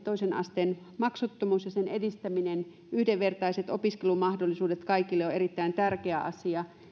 toisen asteen maksuttomuus ja sen edistäminen yhdenvertaiset opiskelumahdollisuudet kaikille on erittäin tärkeä asia